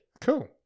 Cool